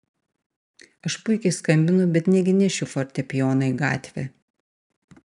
aš puikiai skambinu bet negi nešiu fortepijoną į gatvę